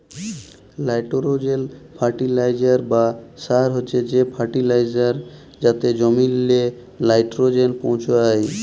লাইটোরোজেল ফার্টিলিসার বা সার হছে সেই ফার্টিলিসার যাতে জমিললে লাইটোরোজেল পৌঁছায়